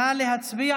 נא להצביע.